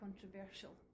controversial